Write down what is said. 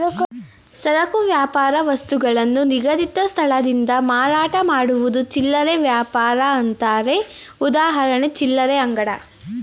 ಸರಕು ವ್ಯಾಪಾರ ವಸ್ತುಗಳನ್ನು ನಿಗದಿತ ಸ್ಥಳದಿಂದ ಮಾರಾಟ ಮಾಡುವುದು ಚಿಲ್ಲರೆ ವ್ಯಾಪಾರ ಅಂತಾರೆ ಉದಾಹರಣೆ ಚಿಲ್ಲರೆ ಅಂಗಡಿ